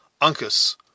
Uncas